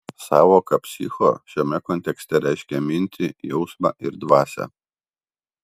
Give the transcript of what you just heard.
sąvoka psicho šiame kontekste reiškia mintį jausmą ir dvasią